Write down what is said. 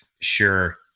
Sure